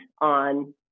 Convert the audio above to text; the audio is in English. on